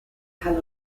have